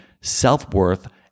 self-worth